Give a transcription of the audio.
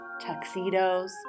Tuxedos